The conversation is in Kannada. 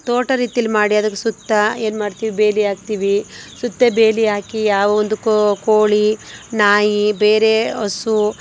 ತೋಟ ರೀತಿಯಲ್ಲಿ ಮಾಡಿ ಅದಕ್ಕೆ ಸುತ್ತ ಏನು ಮಾಡ್ತೀವಿ ಬೇಲಿ ಹಾಕ್ತೀವಿ ಸುತ್ತ ಬೇಲಿ ಹಾಕಿ ಯಾವೊಂದು ಕೋಳಿ ನಾಯಿ ಬೇರೆ ಹಸು